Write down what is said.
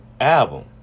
album